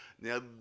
Now